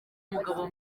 umugabo